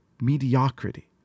mediocrity